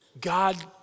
God